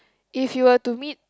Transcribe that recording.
if you were to meet